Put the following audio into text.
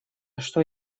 что